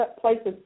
places